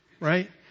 right